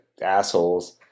assholes